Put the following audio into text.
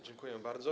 Dziękuję bardzo.